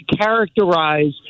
characterize